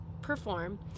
perform